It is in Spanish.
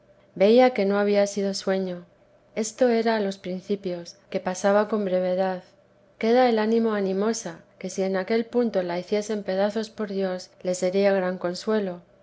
veía que no había sido sueño esto era a los principios que pasaba con brevedad queda el ánima animosa que si en aquel punto la hiciesen pedazos por dios le sería gran consuelo